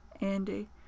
Andy